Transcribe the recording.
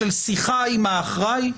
של שיחה עם האחראי?